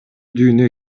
дүйнө